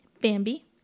bambi